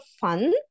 fun